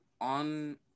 on